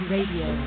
Radio